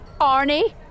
Arnie